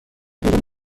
بیرونی